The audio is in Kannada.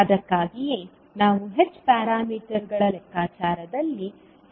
ಅದಕ್ಕಾಗಿಯೇ ನಾವು h ಪ್ಯಾರಾಮೀಟರ್ಗಳ ಲೆಕ್ಕಾಚಾರದಲ್ಲಿ ಹೆಚ್ಚು ಆಸಕ್ತಿಯನ್ನು ಹೊಂದಿದ್ದೇವೆ